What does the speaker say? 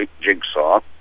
jigsaw